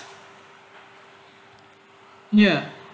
ya